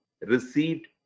received